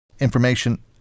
information